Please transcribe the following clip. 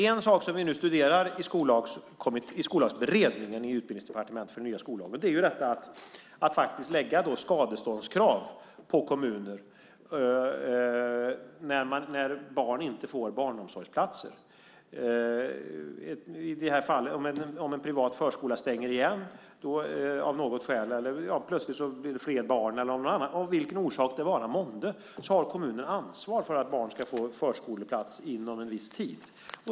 En sak som vi studerar i Skollagsberedningen i Utbildningsdepartementet inför nya skollagen är att lägga skadeståndskrav på kommuner när barn inte får barnomsorgsplats. Om en privat förskola stänger igen av något skäl eller det plötsligt blir fler barn eller av vilken orsak det än må vara har kommunerna ansvar för att barn ska få förskoleplats inom en viss tid.